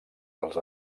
dels